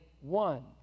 one